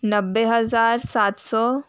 नब्बे हज़ार सात सौ